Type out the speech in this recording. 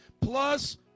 plus